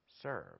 serve